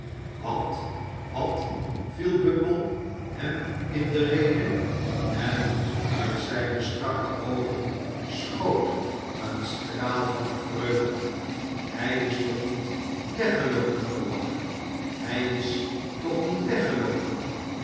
wat wat viel bumble hem in de rede en uit zijne strakke oogen schoot een straal van vreugde hij is toch niet weggeloopen noach hij is toch niet weggeloopen